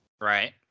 right